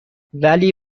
ولی